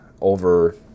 over